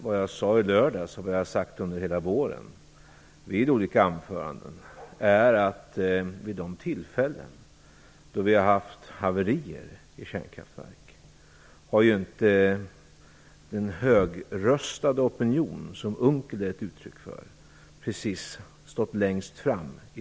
Vad jag sade i lördags, och vad jag har sagt under hela våren i olika anföranden, är att den högröstade opinion som Unckel är ett uttryck för inte precis stått längst fram i debatten vid de tillfällen då vi har haft haverier i kärnkraftverk.